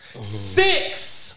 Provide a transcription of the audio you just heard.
Six